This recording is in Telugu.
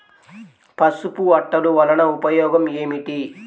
పసుపు అట్టలు వలన ఉపయోగం ఏమిటి?